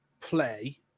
play